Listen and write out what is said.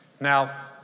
Now